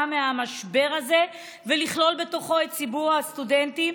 מהמשבר הזה ולכלול בתוכה את ציבור הסטודנטים,